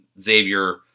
Xavier